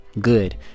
good